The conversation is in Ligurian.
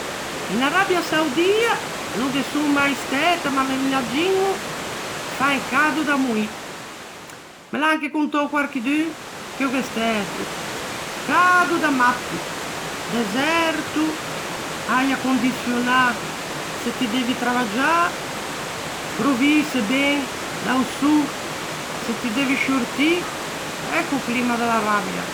In Arabia Saudia, no ghe son mai stæta ma me l'imagiño, fa un cado da moî. Me l'à anche contou quarchidun che o gh'é stæto: cado da matti, deserto, äia condiçionâ se ti devi travaggiâ, crovîse ben da-o sô se ti devi sciortî. Ecco o climma de l'Arabia.